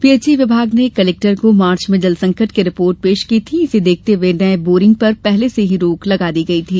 PHE विभाग ने collector को मार्च में जलसंकट की रिपोर्ट पेश की थी इसे देखते हुए नये बोरिंग पर पहले से ही रोक लगा दी गई थी